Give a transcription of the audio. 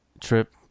trip